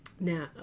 Now